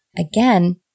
again